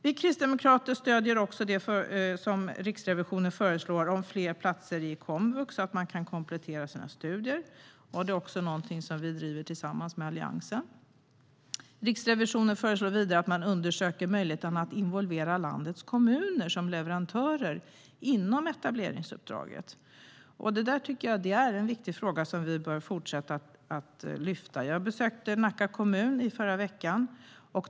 Vi kristdemokrater stöder också det Riksrevisionen föreslår om fler platser i komvux, att man kan komplettera sina studier. Det är något som vi driver tillsammans med Alliansen. Riksrevisionen föreslår vidare att man undersöker möjligheten att involvera landets kommuner som leverantörer inom etableringsuppdraget. Det är en viktig fråga som vi bör fortsätta att lyfta. Jag besökte i förra veckan Nacka kommun.